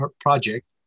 project